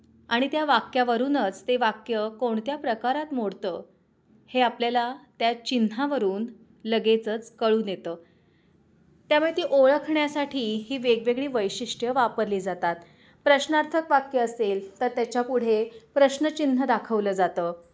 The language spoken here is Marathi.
आणि त्या वाक्यावरूनच ते वाक्य कोणत्या प्रकारात मोडतं हे आपल्याला त्या चिन्हावरून लगेचच कळून येतं त्यामुळे ती ओळखण्यासाठी ही वेगवेगळी वैशिष्ट्य वापरली जातात प्रश्नार्थक वाक्य असेल तर त्याच्या पुढे प्रश्न चिन्ह दाखवलं जातं